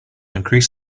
increase